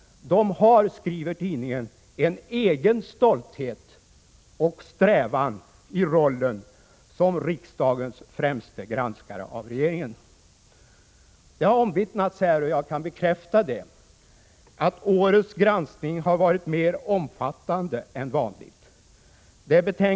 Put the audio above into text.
De har, skriver tidningen, en egen stolthet och strävan i rollen som riksdagens främsta granskare av regeringen. Det har omvittnats här att årets granskning har varit mer omfattande än vanligt, och det kan jag bekräfta.